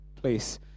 place